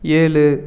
ஏழு